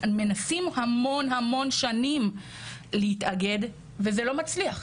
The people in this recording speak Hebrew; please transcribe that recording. אנחנו מנסים המון המון שנים להתאגד וזה לא מצליח,